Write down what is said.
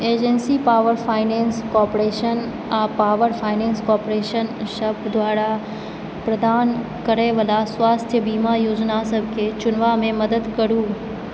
agency power finance corporation आ power finance corporation सब द्वारा प्रदान करयवला स्वास्थ्य बीमा योजना सबके चुनबामे मदद करू